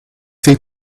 they